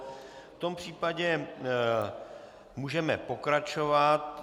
V tom případě můžeme pokračovat.